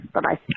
Bye-bye